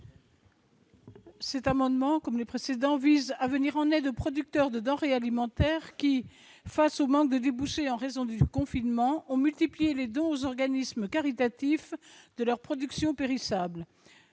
l'amendement n° 578. Cet amendement vise à venir en aide aux producteurs de denrées alimentaires qui, face au manque de débouchés en raison du confinement, ont multiplié les dons aux organismes caritatifs de leurs productions périssables.